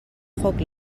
foc